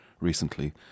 recently